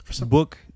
book